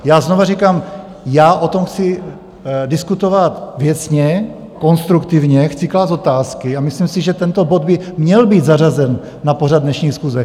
Já znovu říkám, já o tom chci diskutovat věcně, konstruktivně, chci klást otázky a myslím si, že tento bod by měl být zařazen na pořad dnešní schůze.